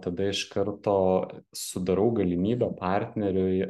tada iš karto sudarau galimybę partneriui